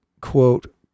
quote